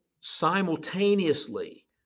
simultaneously